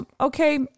okay